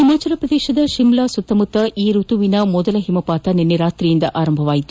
ಹಿಮಾಚಲ ಪ್ರದೇಶದ ಶಿಮ್ಲಾ ಸುತ್ತಮುತ್ತಾ ಈ ಋತುವಿನ ಮೊದಲ ಹಿಮಪಾತ ನಿನ್ನೆ ರಾತ್ರಿಯಿಂದ ಆರಂಭವಾಗಿದೆ